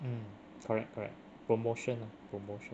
mm correct correct promotion ah promotion